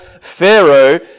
Pharaoh